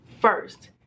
first